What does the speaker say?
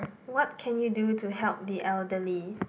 what can you do to help the elderly